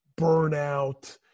burnout